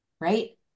right